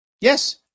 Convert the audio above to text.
Yes